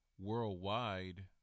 worldwide